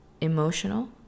emotional